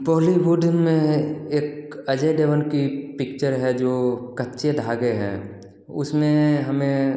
बॉलीवुड में एक अजय देवगन की पिक्चर है जो कच्चे धागे है उसमें हमें